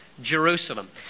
Jerusalem